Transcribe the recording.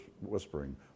whispering